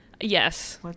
Yes